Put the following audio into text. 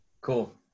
Cool